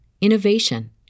innovation